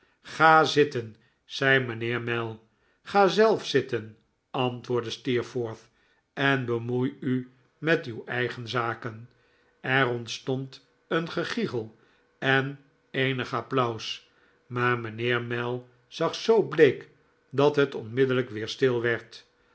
ga zitten zei mijnheer mell ga zelf zitten antwoordde steerforth en bemoei u met uw eigen zaken er ontstond een gegichel en eenig applaus maar mijnheer mell zag zoo bleek dat het onmiddellijk weer stil werd